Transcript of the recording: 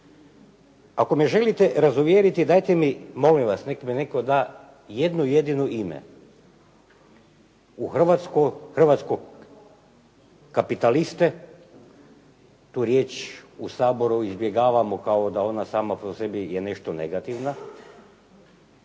Ako me želite razuvjeriti dajte mi, molim vas nek mi netko da jedno jedino ime u Hrvatskoj, hrvatskog kapitaliste, tu riječ u Saboru izbjegavamo kao da ona sama po sebi je nešto negativno,